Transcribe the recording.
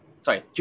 sorry